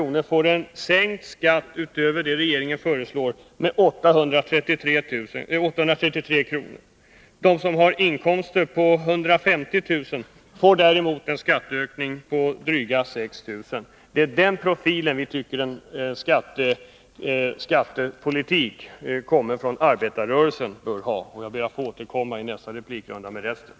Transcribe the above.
om året får en sänkt skatt utöver vad regeringen föreslår med 833 kr. De som har inkomster på 150 000 kr. får däremot en skattehöjning på drygt 6 000 kr. Det är den profilen vi tycker att en skattepolitik kommen från arbetarrörelsen skall ha. Herr talman! Jag ber att få återkomma med resten i nästa replik.